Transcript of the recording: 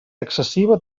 excessiva